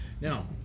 Now